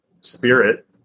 spirit